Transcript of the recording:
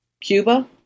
Cuba